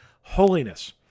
holiness